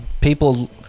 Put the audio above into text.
people